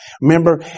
Remember